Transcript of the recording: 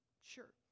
sure